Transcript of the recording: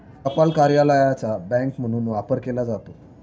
टपाल कार्यालयाचा बँक म्हणून वापर केला जातो